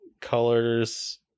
colors